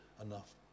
enough